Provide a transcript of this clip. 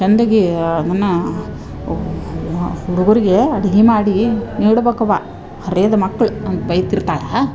ಚಂದಗೀ ಅದನ್ನ ಹುಡ್ಗ್ರುಗೆ ಅಡಿಗೆ ಮಾಡಿ ನೀಡ್ಬೇಕವ್ವ ಹರಿಯದ ಮಕ್ಳ ಅಂತ ಬೈತಾ ಇರ್ತಳಾ